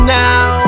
now